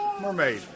Mermaid